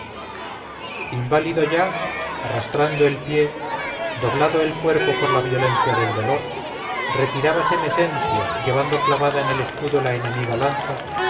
inválido ya arrastrando el pie doblado el cuerpo por la violencia del dolor retirábase mecencio llevando clavada en el escudo la enemiga lanza